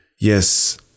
Yes